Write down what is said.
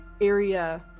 area